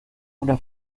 una